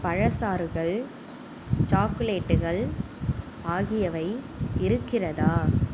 பழசாறுகள் சாக்லேட்டுகள் ஆகியவை இருக்கிறதா